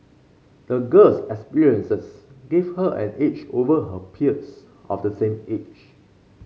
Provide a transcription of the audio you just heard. the girl's experiences gave her an edge over her peers of the same age